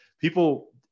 people